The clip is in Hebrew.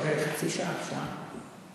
אחרי חצי שעה, שעה.